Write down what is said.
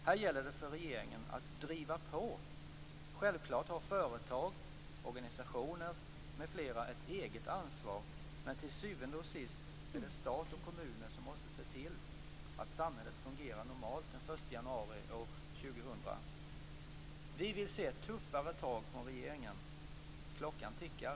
Här gäller det för regeringen att driva på. Självklart har företag, organisationer m.fl. ett eget ansvar, men till syvende och sist är det stat och kommuner som måste se till att samhället fungerar normalt den 1 januari år 2000. Vi vill se tuffare tag från regeringen. Klockan tickar.